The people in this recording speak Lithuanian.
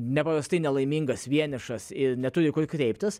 nepaprastai nelaimingas vienišas ir neturi kur kreiptis